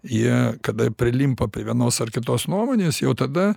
jie kada prilimpa prie vienos ar kitos nuomonės jau tada